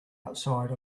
outside